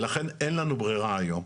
ולכן אין לנו ברירה היום,